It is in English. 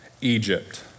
Egypt